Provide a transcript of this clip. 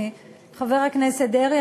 חבר הכנסת דרעי,